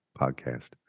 podcast